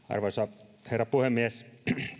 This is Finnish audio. arvoisa herra puhemies